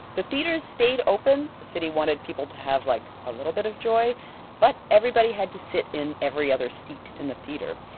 the theaters stayed open the city wanted people to have, like, a little bit of joy but everybody had to sit in every other seat in the theater.